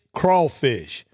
crawfish